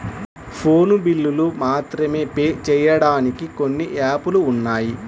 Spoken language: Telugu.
ఫోను బిల్లులు మాత్రమే పే చెయ్యడానికి కొన్ని యాపులు ఉన్నాయి